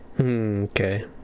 Okay